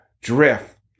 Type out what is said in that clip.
drift